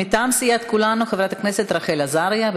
מטעם סיעת כולנו, חברת הכנסת רחל עזריה.